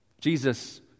Jesus